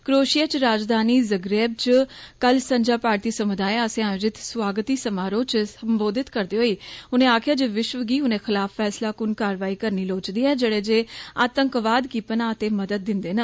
Croatia च राजधानी Zagreb च कल संझा भारतीय समुदाय आस्सेआ आयोजित सुआगती समारोह च संबोधित करदे होई उनें आक्खेआ जे विष्व गी उनें खिलाफ फैसला कुन कारवाई करनी लोड़चदी ऐ जेडे जे आतंकवाद गी पनाह ते मदद दिन्दे न